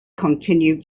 continued